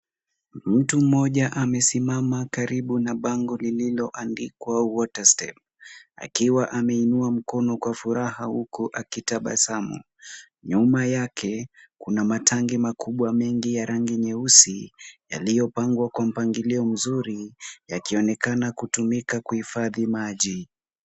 Mtu mmoja amesimama karibu na bango lililoandikwa water step , akiwa ameinua mkono kwa furaha huku akitabasamu. Nyuma yake, kuna matangi makubwa mengi ya rangi nyeusi, yaliyopangwa kwa mpangilio mzuri, yakionekana kutumika kuhifadhi maji.